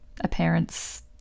appearance